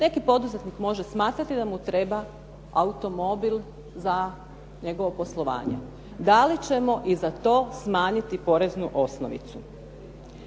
Neki poduzetnik može smatrati da mu treba automobil za njegovo poslovanje, da li ćemo i za to smanjiti poreznu osnovicu?